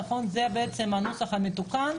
זה בעצם הנוסח המתוקן,